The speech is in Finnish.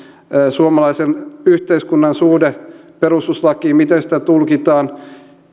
suomalaisen yhteiskunnan suhde perustuslakiin miten sitä tulkitaan